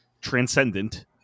transcendent